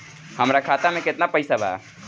हमरा खाता में केतना पइसा बा?